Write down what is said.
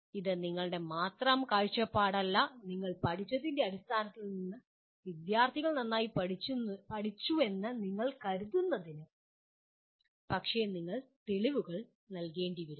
ഇത് നിങ്ങളുടെ മാത്രം കാഴ്ചപ്പാടല്ല നിങ്ങൾ പഠിച്ചതിൻ്റെ അടിസ്ഥാനത്തിൽ വിദ്യാർത്ഥികൾ നന്നായി പഠിച്ചുവെന്ന് നിങ്ങൾ കരുതുന്നതിന് പക്ഷേ ചില തെളിവുകൾ നൽകേണ്ടിവരും